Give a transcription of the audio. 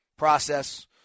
process